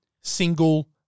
single